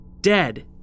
dead